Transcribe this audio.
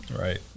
Right